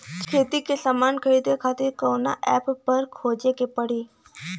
खेती के समान खरीदे खातिर कवना ऐपपर खोजे के पड़ी?